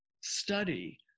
study